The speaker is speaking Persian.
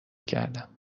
کردم